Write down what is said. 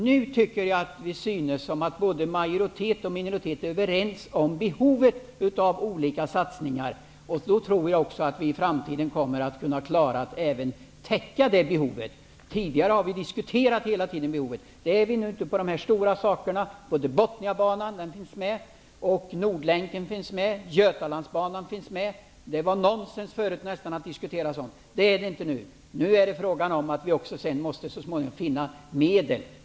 Nu synes både majoritet och minoritet vara överens om behovet av olika satsningar. Då tror jag att vi i framtiden även kommer att kunna klara att täcka behovet. Tidigare har vi hela tiden diskuterat behovet. Nu är vi eniga om de stora sakerna, Förut var det nästan nonsens att diskutera sådant, men inte nu. Så småningom måste vi också finna medel.